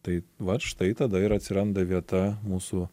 tai vat štai tada ir atsiranda vieta mūsų